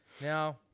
Now